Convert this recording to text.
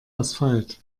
asphalt